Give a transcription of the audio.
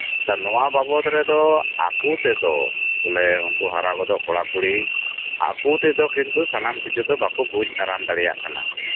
ᱱᱚᱣᱟ ᱵᱟᱵᱚᱫ ᱨᱮᱫᱚ ᱟᱠᱚ ᱛᱮᱫᱚ ᱥᱮ ᱩᱱᱠᱩ ᱟᱠᱚ ᱛᱮᱫᱚ ᱠᱤᱱᱛᱩ ᱥᱟᱱᱟᱢ ᱠᱤᱪᱷᱩ ᱵᱟᱠᱩ ᱵᱩᱡ ᱫᱟᱨᱟᱢ ᱫᱟᱲᱮᱭᱟᱜ ᱠᱟᱱᱟ